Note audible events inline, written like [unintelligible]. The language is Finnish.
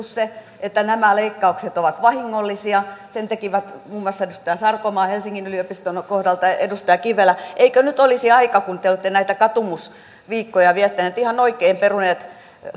[unintelligible] se että nämä leikkaukset ovat vahingollisia sen tekivät muun muassa edustaja sarkomaa helsingin yliopiston kohdalta ja edustaja kivelä nyt kun te te olette näitä katumusviikkoja viettäneet ihan oikein peruneet